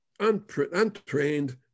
untrained